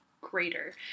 greater